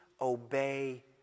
obey